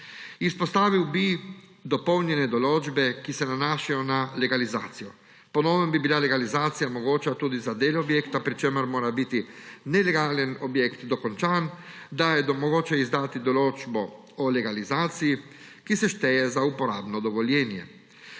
Izpostavil bi dopolnjene določbe, ki se nanašajo na legalizacijo. Po novem bi bila legalizacija mogoča tudi za del objekta, pri čemer mora biti nelegalni objekt dokončan, da je mogoče izdati določbo o legalizaciji, ki se šteje za uporabno dovoljenje.